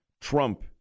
Trump